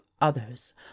others